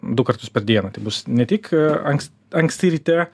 du kartus per dieną tai bus ne tik anks anksti ryte